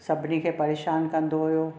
सभिनी खे परेशानु कंदो हुओ